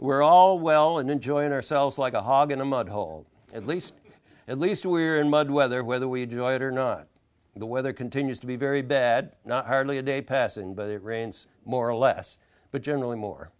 we're all well and enjoying ourselves like a hog in a mud hole at least at least we are in mud whether whether we enjoy it or not the weather continues to be very bad not hardly a day pass and but it rains more or less but generally more